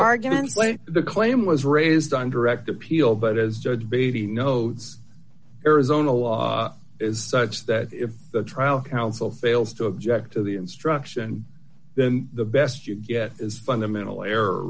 argument play the claim was raised on direct appeal but as judge beatty notes arizona law is such that if the trial counsel fails to object to the instruction then the best you get is fundamental error